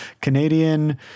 Canadian